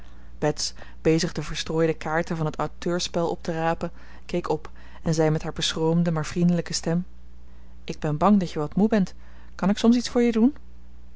bets bezig de verstrooide kaarten van het auteurspel op te rapen keek op en zei met haar beschroomde maar vriendelijke stem ik ben bang dat je wat moe bent kan ik soms iets voor je doen